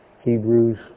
Hebrews